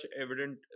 evident